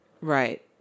Right